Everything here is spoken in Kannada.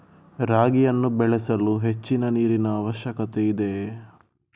ರಾಗಿಯನ್ನು ಬೆಳೆಯಲು ಹೆಚ್ಚಿನ ನೀರಿನ ಅವಶ್ಯಕತೆ ಇದೆಯೇ?